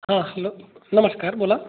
हां हॅलो नमस्कार बोला